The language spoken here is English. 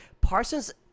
Parsons